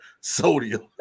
sodium